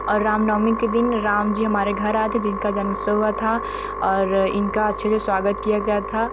और राम नवमी के दिन राम जी हमारे घर आए थे जिनका जन्मोत्सव हुआ था और इनका अच्छे से स्वागत किया गया था